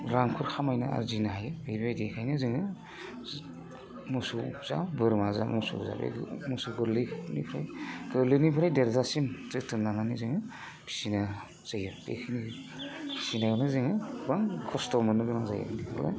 रांफोर खामायनो आरजिनो हायो बेबायदिहायनो जोङो मोसौ जा बोरमा जा मोसौ गोरलै इफोरखौ गोरलैनिफ्राय देरजासिम जोथोन लानानै जोङो फिनाय जायो बेखिनि फिनायावनो जों गोबां खस्थ' मोननो गोनां जायो